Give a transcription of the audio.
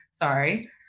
sorry